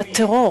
הטרור